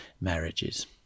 marriages